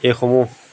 এইসমূহ